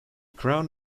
crown